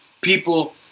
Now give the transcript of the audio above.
people